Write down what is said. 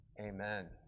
amen